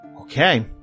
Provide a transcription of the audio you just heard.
Okay